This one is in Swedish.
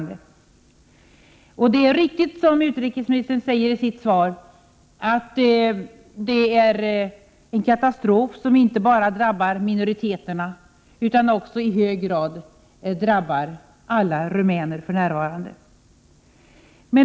Det är riktigt som utrikesministern säger i sitt svar att det är en katastrof som drabbar inte bara minoriteterna utan också i hög grad alla rumäner.